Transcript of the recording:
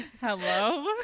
Hello